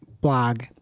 blog